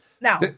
Now